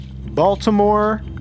Baltimore